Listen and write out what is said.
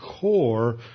core